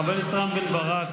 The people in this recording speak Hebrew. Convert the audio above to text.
חבר הכנסת רם בן ברק,